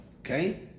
Okay